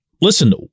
Listen